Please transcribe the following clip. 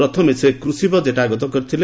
ପ୍ରଥମେ ସେ କୃଷି ବଜେଟ୍ ଆଗତ କରିଥିଲେ